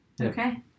Okay